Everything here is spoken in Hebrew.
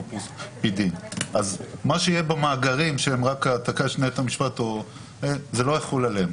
מה שיהיה במאגרים, לא יחול עליהם.